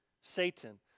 Satan